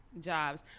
jobs